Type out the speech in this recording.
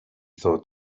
thought